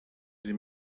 sie